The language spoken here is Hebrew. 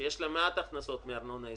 שיש לה מעט הכנסות מארנונה עסקית,